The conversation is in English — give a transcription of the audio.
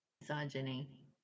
Misogyny